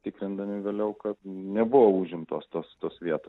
tikrindami vėliau kad nebuvo užimtos tos tos vietos